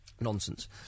Nonsense